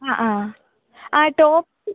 ആ ആ ആ ടോപ്പ്